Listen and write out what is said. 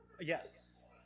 yes